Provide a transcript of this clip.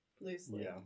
Loosely